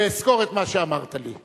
ואזכור את מה שאמרת לי.